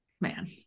Man